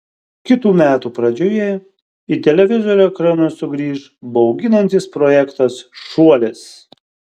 kitų metų pradžioje į televizorių ekranus sugrįš bauginantis projektas šuolis